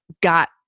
got